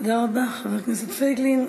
תודה רבה, חבר הכנסת פייגלין.